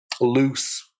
loose